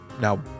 now